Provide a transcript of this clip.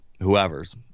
whoever's